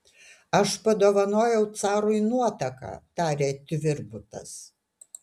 aš padovanojau carui nuotaką tarė tvirbutas